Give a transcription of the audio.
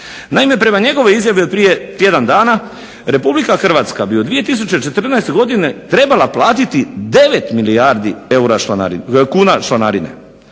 Naime, prema njegovoj izjavi od prije tjedan dana RH bi u 2014. godine trebala platiti 9 milijardi kuna članarine.